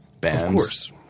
bands